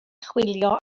chwilio